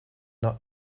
not